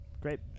Great